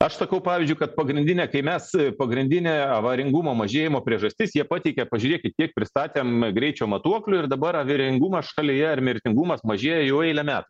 aš sakau pavyzdžiui kad pagrindine kai mes pagrindinė avaringumo mažėjimo priežastis jie pateikia pažiūrėkit kiek pristatėm greičio matuoklių ir dabar avaringumas šalyje ar mirtingumas mažėja jau eilę metų